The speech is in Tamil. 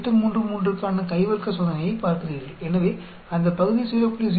833 க்கான கை வர்க்க சோதனையைப் பார்க்கிறீர்கள் எனவே அந்த பகுதி 0